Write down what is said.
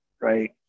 right